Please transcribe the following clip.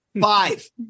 five